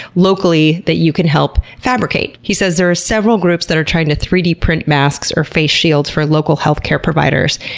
locally, that you can help fabricate. he says that there are several groups that are trying to three d print masks or face shields for local healthcare providers,